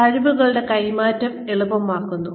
കഴിവുകളുടെ കൈമാറ്റം എളുപ്പമാക്കുന്നു